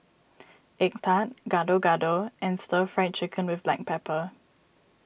Egg Tart Gado Gado and Stir Fried Chicken with Black Pepper